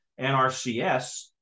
NRCS